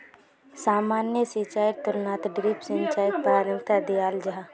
सामान्य सिंचाईर तुलनात ड्रिप सिंचाईक प्राथमिकता दियाल जाहा